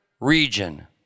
region